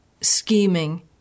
scheming